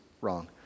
wrong